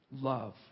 love